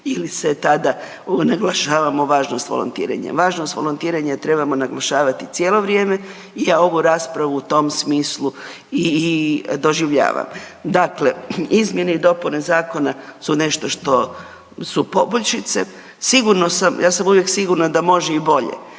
ili se tada, naglašavamo važnost volontiranja. Važnost volontiranja trebamo naglašavati cijelo vrijeme, ja ovu raspravu u tom smislu i doživljavam. Dakle, izmjene i dopune zakona su nešto što su poboljšice, sigurno sam, ja sam uvijek sigurna da može i bolje,